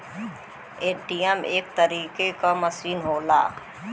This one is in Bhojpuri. ए.टी.एम एक तरीके क मसीन होला